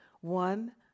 one